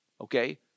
okay